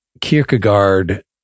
Kierkegaard